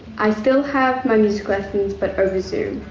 i still have my music lessons, but over zoom.